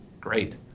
Great